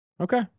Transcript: Okay